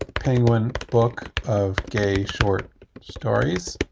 ah penguin book of gay short stories,